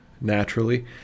naturally